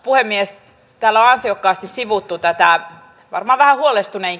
puhemies talo ansiokkaasti sivuttu täyttää nämäkään huolestuneet